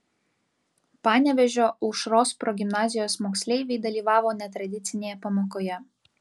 panevėžio aušros progimnazijos moksleiviai dalyvavo netradicinėje pamokoje